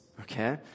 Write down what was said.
Okay